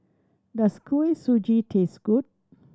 does Kuih Suji taste good